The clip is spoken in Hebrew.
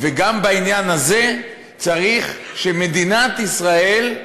וגם בעניין הזה צריך שמדינת ישראל,